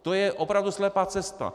To je opravdu slepá cesta.